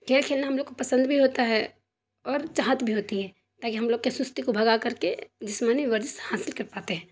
کھیل کھیلنا ہم لوگ کو پسند بھی ہوتا ہے اور چاہت بھی ہوتی ہے تاکہ ہم لوگ کی سستی کو بھگا کر کے جسمانی ورزش حاصل کر پاتے ہیں